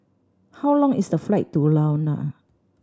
how long is the flight to Luanda